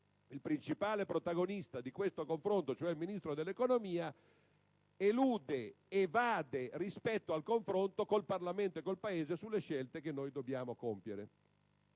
il principale protagonista di questo confronto, cioè il Ministro dell'economia, elude ed evade rispetto al confronto con il Parlamento e il Paese sulle scelte che dobbiamo compiere.